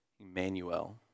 Emmanuel